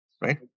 right